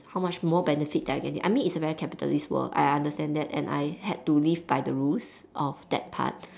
how much more benefit that I'm getting I mean it is a very capitalist world I understand that and I had to live by the rules of that part